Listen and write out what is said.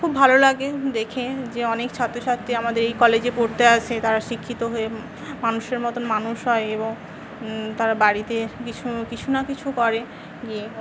খুব ভালো লাগে দেখে যে অনেক ছাত্রছাত্রী আমাদের এই কলেজে পড়তে আসে তারা শিক্ষিত হয়ে মানুষের মতোন মানুষ হয় এবং তারা বাড়িতে কিছু কিছু না কিছু করে গিয়ে